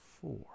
four